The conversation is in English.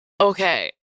okay